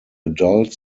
adult